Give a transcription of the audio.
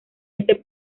ese